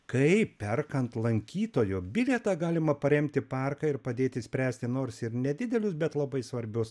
kaip perkant lankytojo bilietą galima paremti parką ir padėti spręsti nors ir nedidelius bet labai svarbius